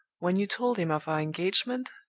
when you told him of our engagement,